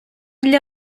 для